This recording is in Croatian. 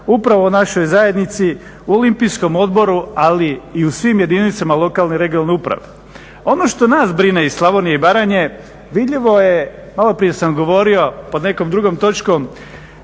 upravo u našoj zajednici, u Olimpijskom odboru ali i u svim jedinicama lokalne i regionalne uprave. Ono što nas brine iz Slavonije i Baranje vidljivo je, maloprije sam govorio pod nekom drugom točkom,